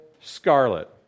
scarlet